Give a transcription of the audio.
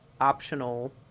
optional